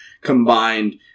combined